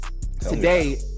today